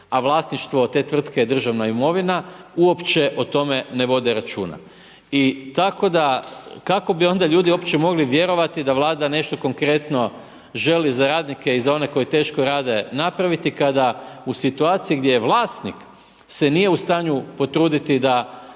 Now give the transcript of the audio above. a vlasništvo od te tvrtke je državna imovina, uopće o tome ne vode računa. I tako da, kako bi onda ljudi mogli uopće vjerovati, da vlada nešto konkretno želi za radnike i za one koji teško rade, napraviti, kada u situaciji gdje je vlasnik, se nije u stanju potruditi, da